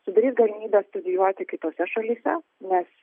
sudarys galimybes studijuoti kitose šalyse nes